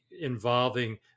involving